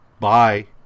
bye